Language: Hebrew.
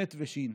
חי"ת ושי"ן,